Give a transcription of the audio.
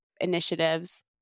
initiatives